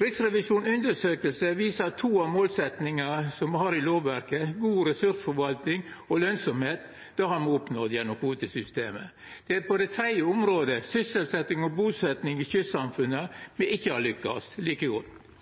Riksrevisjonen si undersøking viser to målsetjingar som ein har i lovverket – god ressursforvalting og lønsemd. Det har me oppnådd gjennom kvotesystemet. Det er på det tredje området, sysselsetjing og busetjing i kystsamfunna, me ikkje har lykkast like